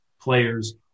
players